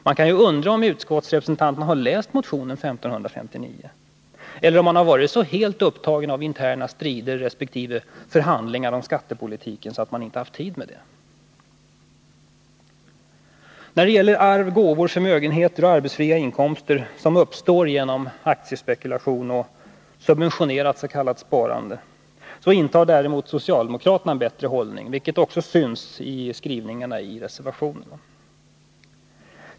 Man kan ju undra om utskottsrepresentanterna har läst motion 1559, eller om de har varit så helt upptagna av interna strider resp. förhandlingar om skattepolitiken att de inte haft tid med det. När det gäller arv, gåvor, förmögenheter och arbetsfria inkomster som uppstår genom aktiespekulation och subventionerat s.k. sparande intar däremot socialdemokraterna en bättre hållning, vilket också återspeglas i skrivningen i reservation 4.